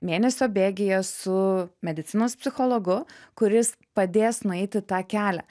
mėnesio bėgyje su medicinos psichologu kuris padės nueiti tą kelią